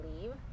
leave